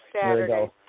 Saturday